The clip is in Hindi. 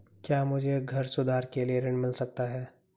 क्या मुझे घर सुधार के लिए ऋण मिल सकता है?